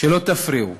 שלא תפריעו,